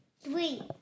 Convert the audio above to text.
Three